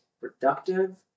productive